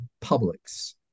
publics